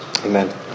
Amen